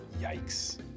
Yikes